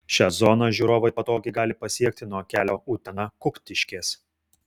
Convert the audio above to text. šią zoną žiūrovai patogiai gali pasiekti nuo kelio utena kuktiškės